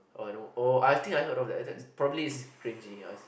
oh I know oh I think I have heard of that that's probably is cringy guys